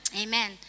Amen